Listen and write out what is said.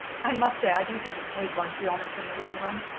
i must say i do think it pays one to be honest in the long run.